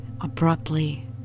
abruptly